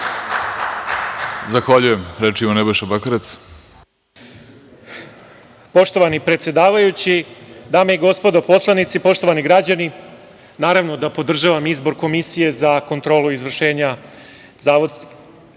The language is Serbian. Zahvaljujem. Reč ima Nebojša Bakarec.